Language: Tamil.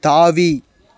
தாவி